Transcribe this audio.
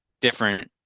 different